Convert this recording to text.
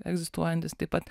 egzistuojantis taip pat